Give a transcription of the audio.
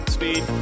Speed